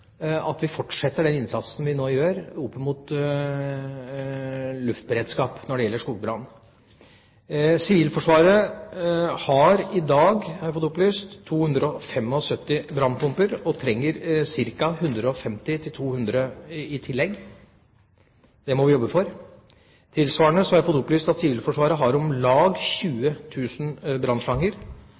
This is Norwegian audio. at vi fortsetter den innsatsen vi nå gjør, opp mot luftberedskap når det gjelder skogbrann. Sivilforsvaret har i dag, har jeg fått opplyst, 275 brannpumper og trenger ca. 150–200 i tillegg. Det må vi jobbe for. Tilsvarende har jeg fått opplyst at Sivilforsvaret har om lag 20 000 brannslanger,